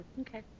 Okay